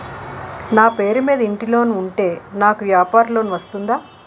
నా పేరు మీద ఇంటి లోన్ ఉంటే నాకు వ్యాపార లోన్ వస్తుందా?